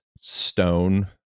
stone